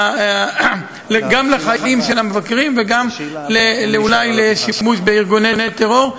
גם לחיים של המבקרים וגם אולי לשימוש בארגוני טרור.